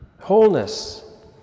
wholeness